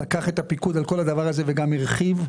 שלקח את הפיקוד על כל הדבר הזה וגם הרחיב.